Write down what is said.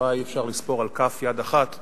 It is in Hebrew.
אולי אפשר לספור על כף יד אחת,